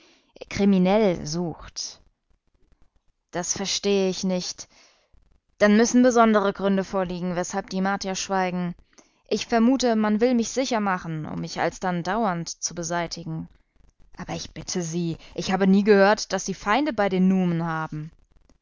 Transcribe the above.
kriminell sucht das verstehe ich nicht dann müssen besondere gründe vorliegen weshalb die martier schweigen ich vermute man will mich sicher machen um mich alsdann dauernd zu beseitigen aber ich bitte sie ich habe nie gehört daß sie feinde bei den numen haben